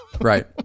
Right